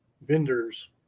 vendors